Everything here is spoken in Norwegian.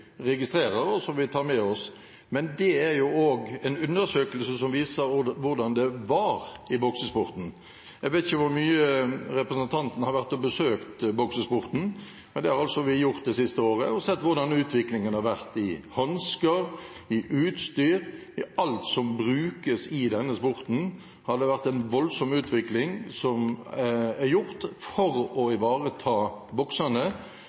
registrerer, og som vi tar med oss, men det er også en undersøkelse som viser hvordan det var i boksesporten. Jeg vet ikke hvor mye representanten har gjort seg kjent med boksesporten, men det har altså vi gjort det siste året, og vi har sett hvordan utviklingen har vært innen utstyr – innen hansker og alt annet som brukes i denne sporten. Det har vært en voldsom utvikling for å